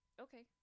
okay